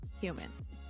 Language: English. humans